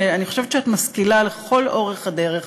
ואני חושבת שאת משכילה, לכל אורך הדרך,